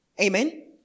Amen